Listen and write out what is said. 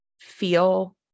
feel